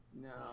No